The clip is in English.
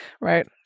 Right